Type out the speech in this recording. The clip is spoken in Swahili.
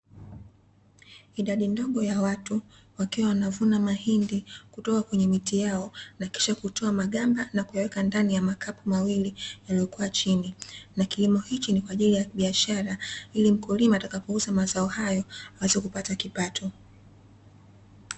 Idadi ndogo ya watu wakiwa wanavuna mahindi kutoka kwenye miti yao, na kisha kutoa magamba na kuyaweka ndani ya makapu mawili yaliyokuwa chini. Na kilimo hichi ni kwa ajili ya biashara ili mkulima atakapouza mazao hayo aweze kupata kipato.